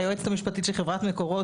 היועצת המשפטית של חברת "מקורות",